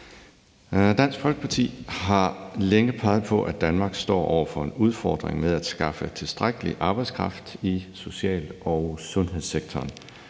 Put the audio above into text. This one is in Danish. Dansk Folkeparti har længe peget på, at Danmark står over for en udfordring med at skaffe tilstrækkelig arbejdskraft i social- og sundhedssektoren,